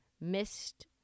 missed